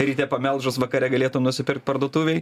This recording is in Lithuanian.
ryte pamelžus vakare galėtum nusipirkt parduotuvėj